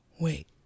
wait